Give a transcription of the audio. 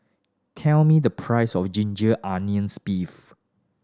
tell me the price of ginger onions beef